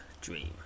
dream